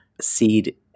seed